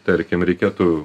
tarkim reikėtų